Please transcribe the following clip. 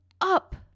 up